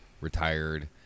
retired